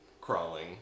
crawling